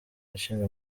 ishinga